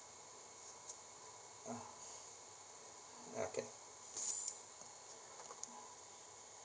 ah okay